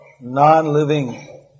non-living